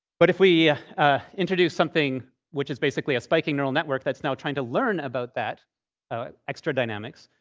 but if we introduce something which is basically a spiking neural network that's now trying to learn about that extra dynamics,